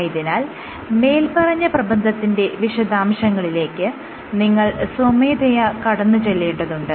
ആയതിനാൽ മേല്പറഞ്ഞ പ്രബന്ധത്തിന്റെ വിശദാംശങ്ങളിലേക്ക് നിങ്ങൾ സ്വമേധയ കടന്നുചെല്ലേണ്ടതുണ്ട്